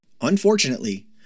Unfortunately